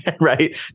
right